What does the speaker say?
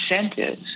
incentives